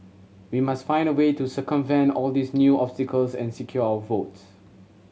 we must find a way to circumvent all these new obstacles and secure our votes